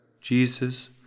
Jesus